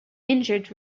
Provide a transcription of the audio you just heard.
injured